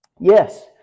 Yes